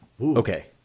Okay